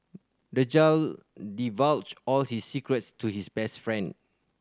the child divulged all his secrets to his best friend